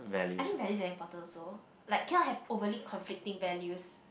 I think values very important also like cannot have overly conflicting values